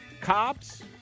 Cops